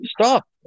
stop